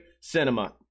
cinema